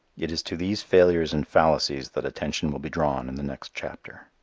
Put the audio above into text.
it is to these failures and fallacies that attention will be drawn in the next chapter.